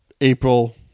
April